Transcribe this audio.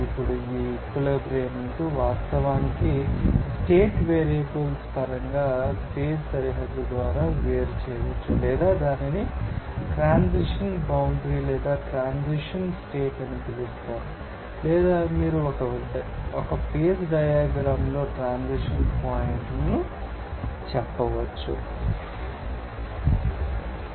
ఇప్పుడు ఈ ఈక్విలిబ్రియంను వాస్తవానికి స్టేట్ వేరియబుల్స్ పరంగా ఫేజ్ సరిహద్దు ద్వారా వేరు చేయవచ్చు లేదా దానిని ట్రాన్సిషన్ బౌండ్రి లేదా ట్రాన్సిషన్ స్టేట్ అని పిలుస్తారు లేదా మీరు ఒక ఫేజ్ డయాగ్రమ్ లో ట్రాన్సిషన్ పాయింట్లను చెప్పవచ్చు